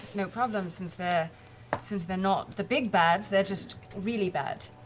no problem, since they're since they're not the big bads, they're just really bad.